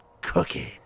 cooking